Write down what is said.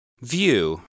View